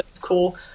cool